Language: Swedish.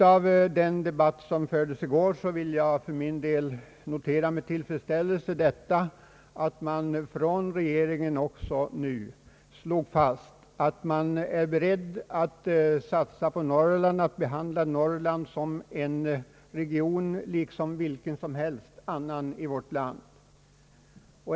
Av den debatt som fördes i går vill jag för min del med tillfredsställelse notera att man från regeringens sida nu också slog fast att man är beredd att satsa på Norrland, ali behandla Norrland som en region som vilken annan som helst i värt land.